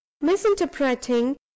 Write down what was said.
misinterpreting